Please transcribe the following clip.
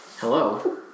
hello